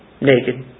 naked